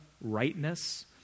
rightness